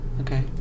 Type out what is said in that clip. Okay